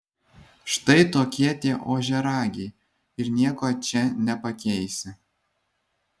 štai tokie tie ožiaragiai ir nieko čia nepakeisi